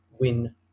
win